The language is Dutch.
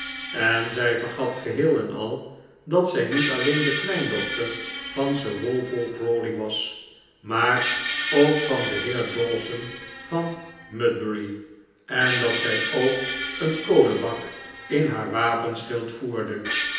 en zij vergat geheel en al dat zij niet alleen de kleindochter van sir walpole crawley was maar ook van den heer dawson van mudbury en dat zij ook een kolenbak in haar wapenschild voerde